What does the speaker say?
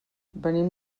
venim